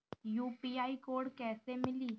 UPI code कैसे मिली?